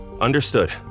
Understood